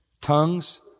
tongues